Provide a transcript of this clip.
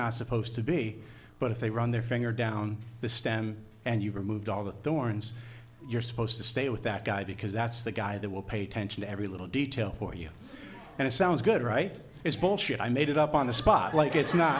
not supposed to be but if they were on their finger down the stem and you removed all the thorns you're supposed to stay with that guy because that's the guy that will pay attention to every little detail for you and it sounds good right it's bullshit i made it up on the spot like it's not